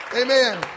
Amen